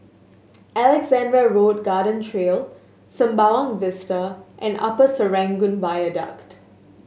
Alexandra Road Garden Trail Sembawang Vista and Upper Serangoon Viaduct